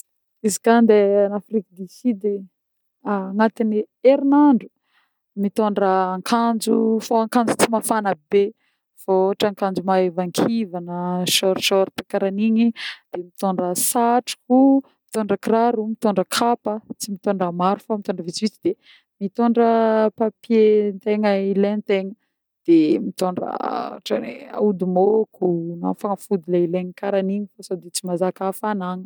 Izy koà andeha en Afrique du Sud agnaty ny herinandro: mitondra akanjo fô akanjo tsy mafana be fô ôhatra akanjo maivankivagna, short-shorte karan'igny, de mitondra satroko, mitondra kiraro, mitondra kapa tsy mitondra maro fa mitondra vitsivitsy de mitondra papier tegna ilentegna, de mitondra ohatra hoe ôdimôko na fanafody le ilegna karan'igny fô sô tsy mazaka hafanagna.